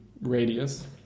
radius